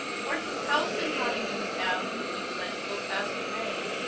towards his house in nottingham towne he fled full fast away,